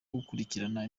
gukurikirana